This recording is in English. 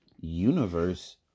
universe